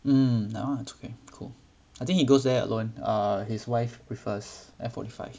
mm I think he goes there alone err his wife prefers F forty five